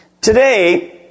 Today